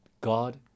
God